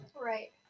Right